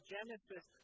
Genesis